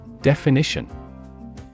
Definition